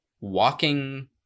walking